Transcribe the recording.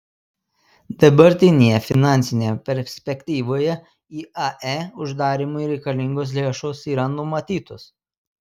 dabartinėje finansinėje perspektyvoje iae uždarymui reikalingos lėšos yra numatytos